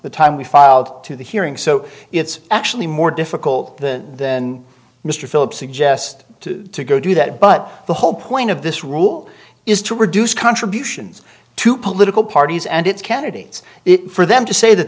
the time we filed to the hearing so it's actually more difficult than then mr philip suggest to go do that but the whole point of this rule is to reduce contributions to political parties and it's candidates it for them to say that